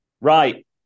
Right